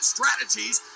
Strategies